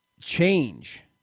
change